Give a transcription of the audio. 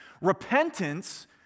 Repentance